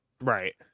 Right